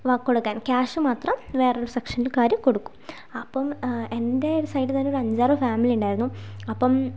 കൊടുക്കാൻ ക്യാഷ് മാത്രം വേറൊരു സെക്ഷൻകാർ കൊടുക്കും അപ്പം എൻ്റെ ഒരു സൈഡ് തന്നെ ഒരു അഞ്ചാറ് ഫാമിലി ഉണ്ടായിരുന്നു അപ്പം